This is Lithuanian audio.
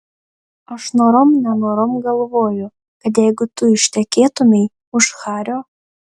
aš norom nenorom galvoju kad jeigu tu ištekėtumei už hario